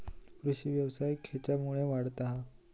कृषीव्यवसाय खेच्यामुळे वाढता हा?